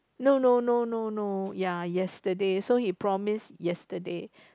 no no no no no yeah yesterday so he promised yesterday